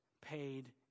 paid